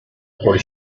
por